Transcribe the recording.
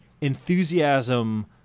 enthusiasm